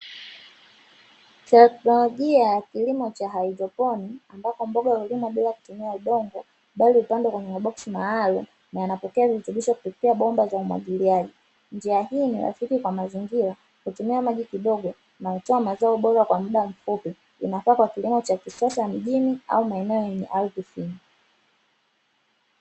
Teknolijia ya kilimo cha haidroponi ambapo mboga hulimwa bila kutumia udongo, bali hupandwa kwenye maboksi maalumu na yanapokea virutubisho kupitia bomba za umwagiliaji. Njia hii ni rafiki kwa mazingira hutumia maji kidogo na hutoa mazao bora kwa muda mfupi inafaa kwa kilimo cha kisasa mjini au maeneo yenye ardhi finyu.